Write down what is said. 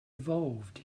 evolved